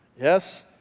Yes